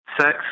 sex